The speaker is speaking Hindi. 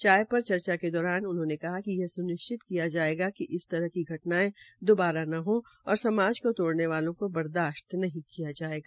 चाय पर चर्चा के दौरान उन्होने कहा कि यह सुनिश्चित किया जायेगा कि इस तरह की घटनायें दोबारा न हो और समाज को तोड़ने वालों को बर्दाशत नहीं किया जायेगा